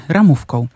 Ramówką